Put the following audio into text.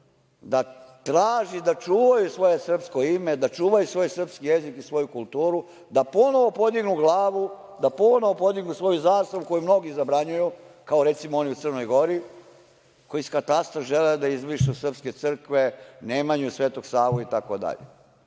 da traži da čuvaju svoje srpsko ime, da čuvaju srpski jezik i svoju kulturu, da ponovo podignu glavu, da ponovo podignu svoju zastavu, koji mnogi zabranjuju, kao recimo oni u Crnoj Gori, koji iz katastra žele da izbrišu srpske crkve, Nemanju, Svetog Savu itd. Čudno